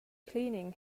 cleaning